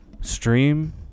stream